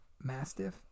Mastiff